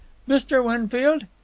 mr. winfield?